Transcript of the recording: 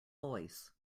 voice